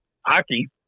hockey